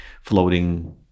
floating